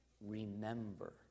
remember